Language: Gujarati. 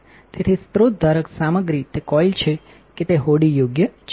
તેથી સ્રોત ધારક સામગ્રી તે કોઇલ છે કે તે હોડી યોગ્ય છે